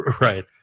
Right